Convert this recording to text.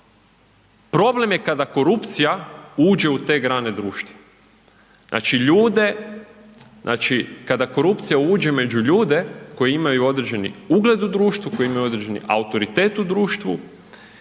Problem je kada korupcija uđe u te grane društva. Znači ljude, znači, kada korupcija uđe među ljude koji imaju određeni ugled u društvu, koji imaju određeni autoritet u društvu